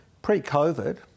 Pre-COVID